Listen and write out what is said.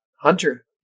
hunter